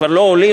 זה כבר לא עולים,